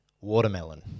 Watermelon